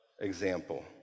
example